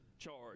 charge